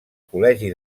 col·legi